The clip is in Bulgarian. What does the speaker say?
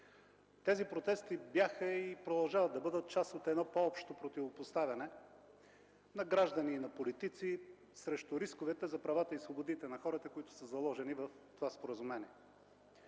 Тези протести бяха и продължават да бъдат част от едно по-общо противопоставяне на граждани и на политици срещу рисковете за правата и свободите на хората, които са заложени в това споразумение.